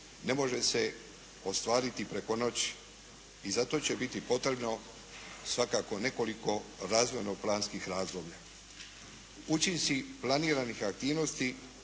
ne može se ostvariti preko noći. I zato će biti potrebno svakako nekoliko razvojno-planskih razdoblja. Učinci planiranih aktivnosti